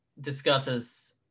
discusses